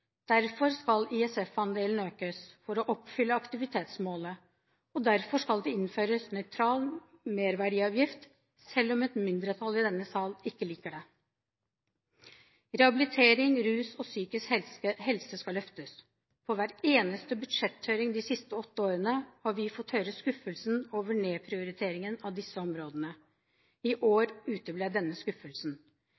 Derfor skal ISF-andelen økes for å oppfylle aktivitetsmålet, og derfor skal det innføres nøytral merverdiavgift, selv om et mindretall i denne sal ikke liker det. Rehabilitering, rus og psykisk helse skal løftes. På hver eneste budsjetthøring de siste åtte årene har vi fått høre skuffelsen over nedprioriteringen av disse områdene. I år